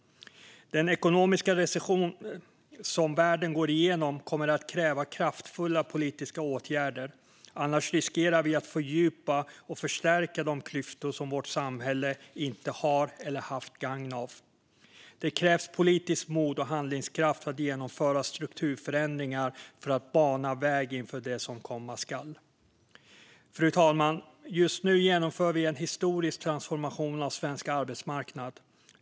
Den ekonomiska recession som världen går igenom kommer att kräva kraftfulla politiska åtgärder, annars riskerar vi att fördjupa och förstärka de klyftor som vårt samhälle inte har eller haft gagn av. Det krävs politiskt mod och handlingskraft för att genomföra strukturförändringar för att bana väg inför det som komma skall. Fru talman! Just nu genomför vi en historisk transformation av svensk arbetsmarknad.